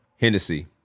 Hennessy